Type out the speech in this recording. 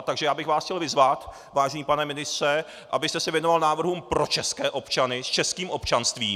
Takže já bych vás chtěl vyzvat, vážený pane ministře, abyste se věnoval návrhům pro české občany, s českým občanstvím.